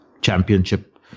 Championship